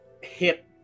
hit